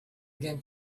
again